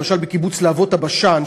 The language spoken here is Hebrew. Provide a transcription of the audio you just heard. למשל בקיבוץ להבות-הבשן,